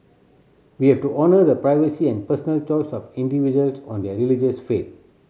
we have to honour the privacy and personal choice of individuals on their religious faith